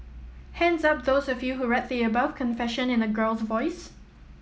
hands up those of you who read the above confession in a girl's voice